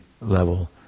level